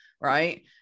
Right